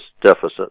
deficit